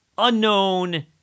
Unknown